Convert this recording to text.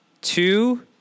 two